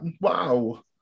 Wow